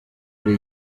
ari